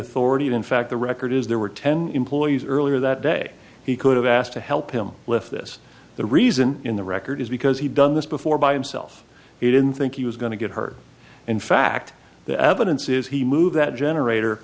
authority in fact the record is there were ten employees earlier that day he could have asked to help him lift this the reason in the record is because he'd done this before by himself it in think he was going to get hurt in fact the evidence is he moved that generator